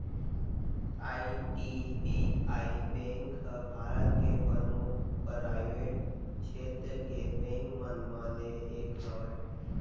IDBI bank ह भारत के परमुख पराइवेट छेत्र के बेंक मन म ले एक हवय